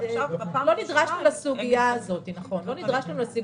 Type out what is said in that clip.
מעולם לא נדרשנו לסוגיה הזאת כי ממילא,